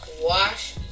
Wash